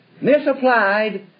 misapplied